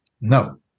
no